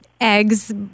eggs